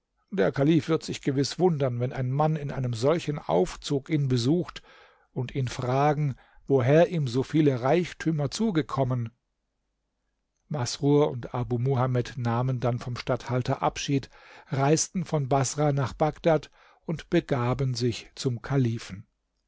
der kalif wird sich gewiß wundern wenn ein mann in einem solchen aufzug ihn besucht und ihn fragen woher ihm so viele reichtümer zugekommen masrur und abu muhamed nahmen dann vom statthalter abschied reisten von baßrah nach bagdad und begaben sich zum kalifen